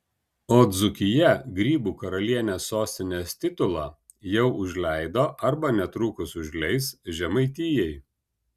o dzūkija grybų karalienės sostinės titulą jau užleido arba netrukus užleis žemaitijai